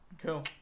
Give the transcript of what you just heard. cool